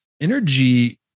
Energy